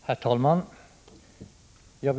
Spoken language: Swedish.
Prot. 1985/86:146 Herr talman!